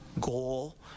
goal